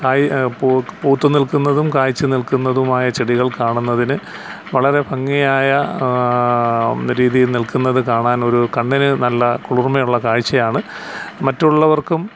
കായ് പൂത്തു നിൽക്കുന്നതും കായ്ച്ചു നിൽക്കുന്നതുമായ ചെടികൾ കാണുന്നതിന് വളരെ ഭംഗിയായ രീതിയിൽ നിൽക്കുന്നതു കാണാനൊരു കണ്ണിനു നല്ല കുളിർമയുള്ള കാഴ്ചയാണ് മറ്റുള്ളവർക്കും